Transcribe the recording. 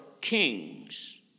kings